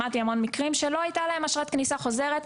שמעתי על המון מקרים שלא הייתה להם אשרת כניסה חוזרת.